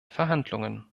verhandlungen